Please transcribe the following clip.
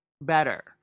better